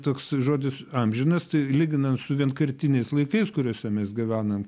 toks žodis amžinas tai lyginant su vienkartiniais laikais kuriuose mes gyvenam